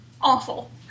awful